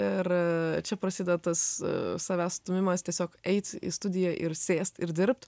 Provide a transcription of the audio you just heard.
ir čia prasideda tas savęs stūmimas tiesiog eit į studiją ir sėst ir dirbt